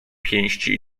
pięści